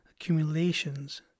accumulations